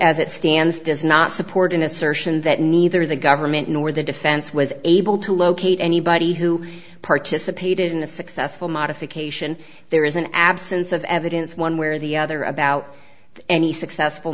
as it stands does not support an assertion that neither the government nor the defense was able to locate anybody who participated in the successful modification there is an absence of evidence one way or the other about any successful